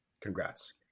Congrats